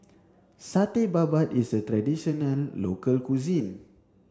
Satay Babat is a traditional local cuisine